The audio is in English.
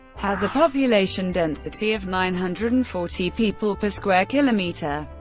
has a population density of nine hundred and forty people per square kilometre.